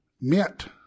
meant